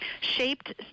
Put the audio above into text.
shaped